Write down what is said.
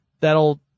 that'll